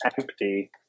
empty